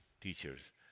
teachers